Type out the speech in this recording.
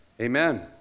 amen